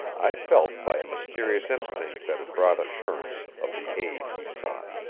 i felt by a mysterious instinct that it brought assurance of the aid he sought.